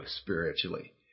spiritually